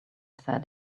said